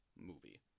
movie